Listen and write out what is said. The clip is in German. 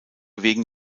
wegen